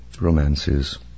romances